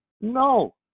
No